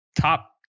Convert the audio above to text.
top